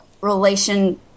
relation